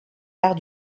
arts